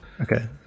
Okay